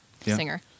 singer